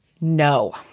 No